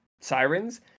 sirens